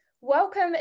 Welcome